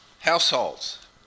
households